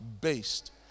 based